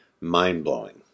mind-blowing